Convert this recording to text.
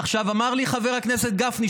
עכשיו אמר לי חבר הכנסת גפני,